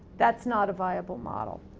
that's not a viable model.